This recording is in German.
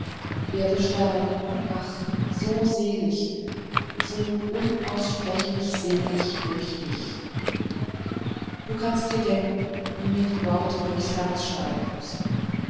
werde sterben ach so selig so unaussprechlich selig durch dich du kannst dir denken wie mir die worte durchs herz schneiden mußten